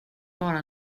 bara